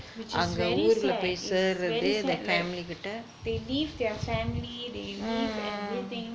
which is very sad is very sad they leave their family they leave everything